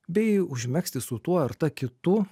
bei užmegzti su tuo ar kitu